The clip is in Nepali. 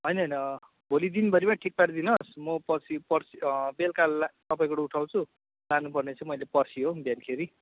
होइन होइन भोलि दिनभरिमा ठिक पारिदिनुहोस् म पर्सि पर्सि बेलका ला तपाईँकोबाट उठाउँछु लानुपर्ने चाहिँ मैले पर्सि हो बिहानखेरि